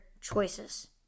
choices